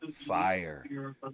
Fire